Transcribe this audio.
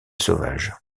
sauvage